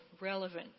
relevant